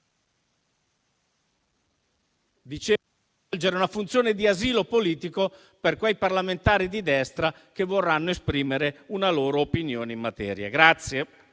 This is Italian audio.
a svolgere una funzione di asilo politico per quei parlamentari di destra che vorranno esprimere una loro opinione in materia.